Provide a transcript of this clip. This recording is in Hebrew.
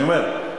אני אומר,